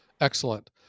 Excellent